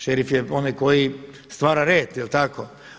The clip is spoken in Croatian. Šerif je onaj koji stvara red, jel' tako?